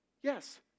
Yes